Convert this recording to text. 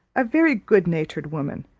a very good-natured woman,